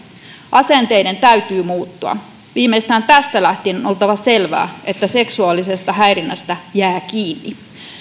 asenteiden täytyy muuttua viimeistään tästä lähtien on oltava selvää että seksuaalisesta häirinnästä jää kiinni